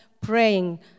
praying